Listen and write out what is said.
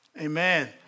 Amen